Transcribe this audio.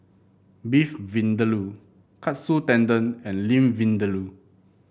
Beef Vindaloo Katsu Tendon and Limb Vindaloo